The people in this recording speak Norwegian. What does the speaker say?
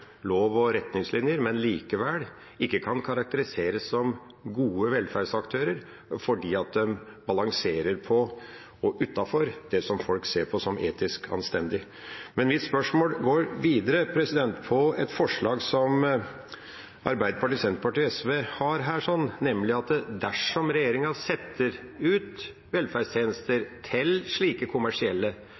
og retningslinjer, men likevel ikke kan karakteriseres som «gode» velferdsaktører, fordi de balanserer på og utenfor det som folk ser på som etisk anstendig. Men mitt spørsmål går videre på et forslag som Arbeiderpartiet, Senterpartiet og SV har her, nemlig at dersom regjeringa setter ut velferdstjenester til slike kommersielle,